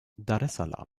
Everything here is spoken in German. daressalam